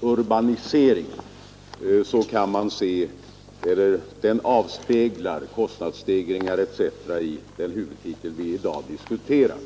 urbaniseringen avspeglar kostnadsstegringar etc. i den huvudtitel vi i dag diskuterar.